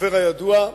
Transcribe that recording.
הסופר הידוע,